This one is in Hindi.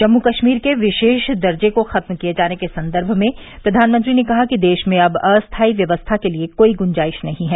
जम्मू कश्मीर के विशेष दर्जे को खत्म किये जाने के संदर्भ में प्रधानमंत्री ने कहा कि देश में अब अस्थायी व्यवस्था के लिए कोई ग्ंजाइश नहीं है